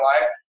life